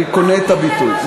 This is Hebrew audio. אני קונה את הביטוי,